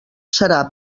serà